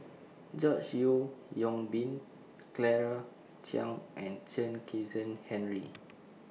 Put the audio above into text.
George Yeo Yong Boon Claire Chiang and Chen Kezhan Henri